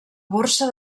borsa